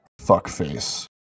Fuckface